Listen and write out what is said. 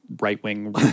right-wing